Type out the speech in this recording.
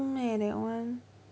zoom eh that one